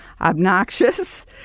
obnoxious